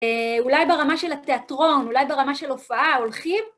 אולי ברמה של התיאטרון, אולי ברמה של הופעה, הולכים...